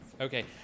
Okay